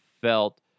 felt